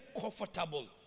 comfortable